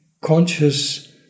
conscious